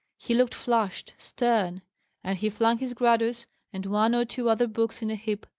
he looked flushed stern and he flung his gradus, and one or two other books in a heap,